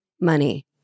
money